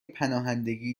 پناهندگی